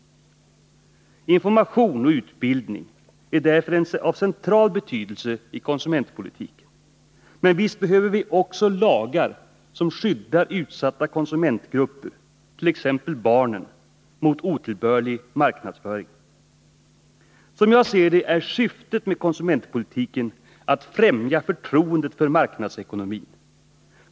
Information och utbildning är därför av central betydelse i konsumentpolitiken. Men visst behöver vi också lagar som skyddar utsatta konsumentgrupper, t.ex. barnen, mot otillbörlig marknadsföring. Som jag ser det är syftet med konsumentpolitiken att främja förtroendet för marknadsekonomin.